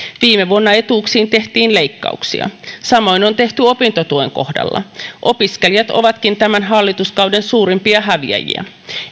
viime vuonna etuuksiin tehtiin leikkauksia samoin on tehty opintotuen kohdalla opiskelijat ovatkin tämän hallituskauden suurimpia häviäjiä